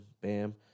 bam